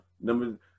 Number